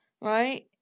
Right